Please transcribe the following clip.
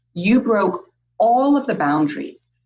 you broke all of the boundaries.